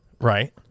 Right